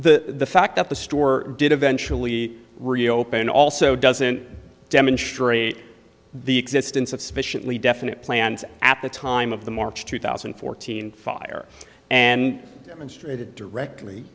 fact that the store did eventually reopen also doesn't demonstrate the existence of sufficiently definite plans at the time of the march two thousand and fourteen fire and d